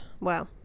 wow